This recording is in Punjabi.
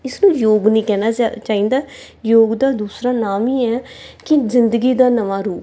ਇਸਨੂੰ ਯੋਗ ਨਹੀਂ ਕਹਿਣਾ ਚਾ ਚਾਹੀਦਾ ਯੋਗ ਦਾ ਦੂਸਰਾ ਨਾਮ ਹੀ ਇਹ ਕਿ ਜ਼ਿੰਦਗੀ ਦਾ ਨਵਾਂ ਰੂਪ